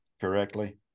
correctly